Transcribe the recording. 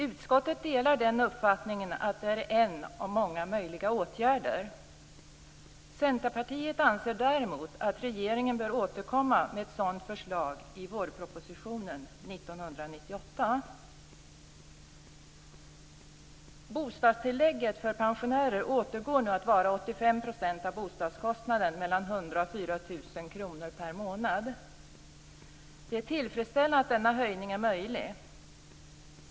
Utskottet delar uppfattningen att det är en av många möjliga åtgärder. Vi i Centerpartiet anser att regeringen bör återkomma med ett sådant förslag i vårpropositionen 1998. 85 % av bostadskostnaden mellan 100 och 4 000 kr per månad. Det är tillfredsställande att denna höjning är möjlig.